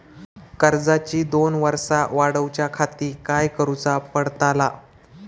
कर्जाची दोन वर्सा वाढवच्याखाती काय करुचा पडताला?